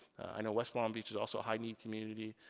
i know west long beach is also a high need community,